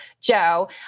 Joe